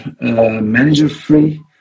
manager-free